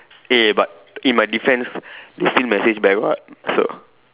eh but in my defense they still message back what so